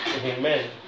Amen